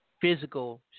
physical